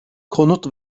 konut